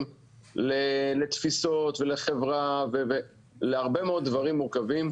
לתפיסות ולחברה ולהרבה מאוד דברים מורכבים,